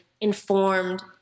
informed